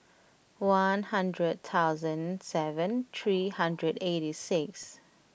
one hundred thousand seven three hundred eighty six